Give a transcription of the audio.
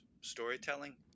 storytelling